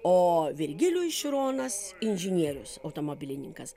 o virgilijus šironas inžinierius automobilininkas